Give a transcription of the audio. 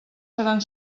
seran